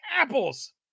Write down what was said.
apples